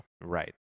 Right